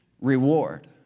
reward